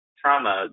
trauma